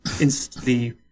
instantly